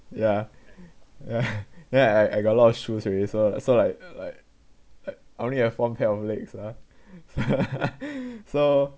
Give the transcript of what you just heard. ya ya ya I I got a lot of shoes already so so like like Iike only have one pair of legs ah so